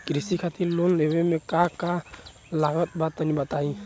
कृषि खातिर लोन लेवे मे का का लागत बा तनि बताईं?